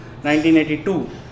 1982